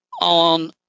on